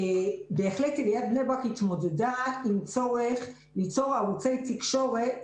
בהחלט עיריית בני ברק התמודדה עם צורך ליצור ערוצי תקשורת